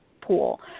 pool